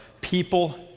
people